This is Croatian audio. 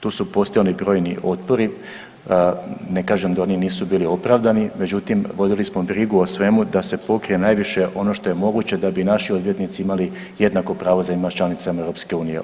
Tu su postojali brojni otpori, ne kažem da oni nisu bili opravdani, međutim vodili smo brigu o svemu da se pokrije najviše ono što je moguće da bi naši odvjetnici imali jednako pravo … [[Govornik se ne razumije]] zemljama članicama EU.